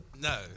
no